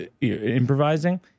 improvising